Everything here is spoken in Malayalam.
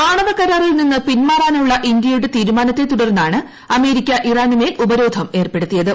ആണവ കരാറിൽ നിന്ന് പിന്മാറാനുള്ള ഇറാന്റെ തീരുമാനത്തെ തുടർന്നാണ് അമേരിക്ക ഇറാനുമേൽ ഉപരോധം ഏർപ്പെടുത്തിയത്